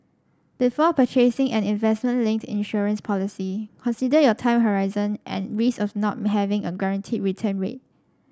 before purchasing an investment linked insurance policy consider your time horizon and risks of not having a guaranteed return rate